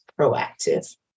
proactive